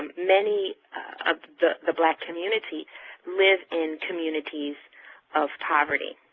many of the black community live in communities of poverty.